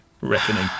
reckoning